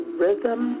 rhythm